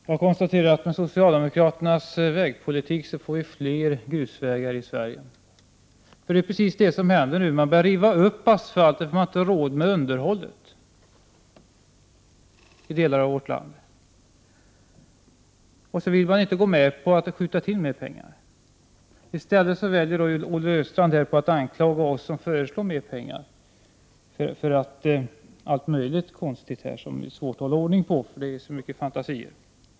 Fru talman! Med socialdemokraternas vägpolitik får vi fler grusvägar. Det är precis vad som händer just nu. Asfalten rivs ju upp i delar av vårt land, därför att det inte finns pengar till underhåll. Man vill inte skjuta till mer pengar. Olle Östrand väljer i stället att rikta alla möjliga konstiga anklagelser mot oss som föreslår att mer pengar skall anslås. Det är svårt att hålla reda på alla fantasier här.